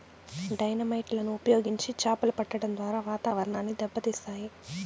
dynamite లను ఉపయోగించి చాపలు పట్టడం ద్వారా వాతావరణాన్ని దెబ్బ తీస్తాయి